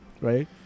right